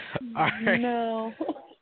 no